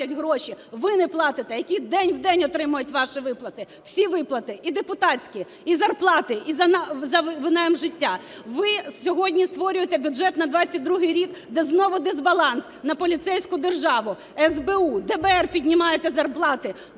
Ви не платите, які день в день отримують ваші виплати, всі виплати: і депутатські, і зарплати, і за винайм житла. Ви сьогодні створюєте бюджет на 22-й рік, де знову дисбаланс на поліцейську державу: СБУ, ДБР піднімаєте зарплати